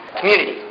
Community